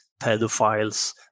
pedophiles